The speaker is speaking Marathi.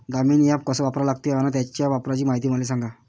दामीनी ॲप कस वापरा लागते? अन त्याच्या वापराची मायती मले सांगा